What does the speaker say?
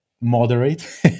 moderate